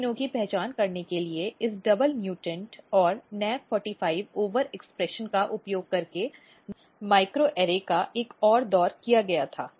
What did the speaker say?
इन जीनों की पहचान करने के लिए इस डबल म्युटेंट और NAC45 ओवरएक्सप्रेशन का उपयोग करके माइक्रोएरे का एक और दौर किया गया था